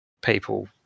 people